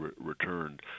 returned